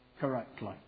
correctly